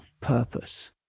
purpose